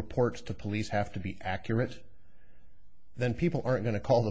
reports to police have to be accurate then people are going to call